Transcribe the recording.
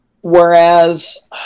Whereas